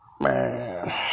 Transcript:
Man